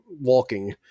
walking